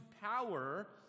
power